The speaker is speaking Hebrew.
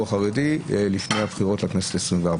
החרדי לפני הבחירות לכנסת העשרים וארבע,